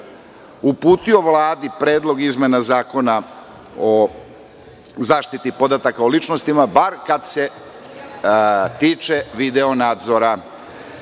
uputio Vladi predlog izmena Zakona o zaštiti podataka o ličnostima, bar kad se tiče video-nadzora. Svi